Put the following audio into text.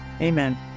Amen